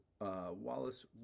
Wallace